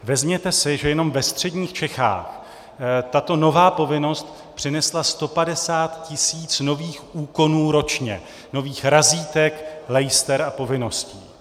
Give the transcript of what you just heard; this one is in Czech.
Vezměte si, že jenom ve středních Čechách tato nová povinnost přinesla 150 tisíc nových úkonů ročně, nových razítek, lejster a povinností.